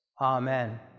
Amen